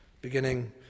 beginning